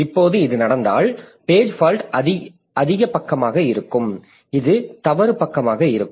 இப்போது இது நடந்தால் பேஜ் பால்ட் அதிக பக்கமாக இருக்கும் இது தவறு பக்கமாக இருக்கும்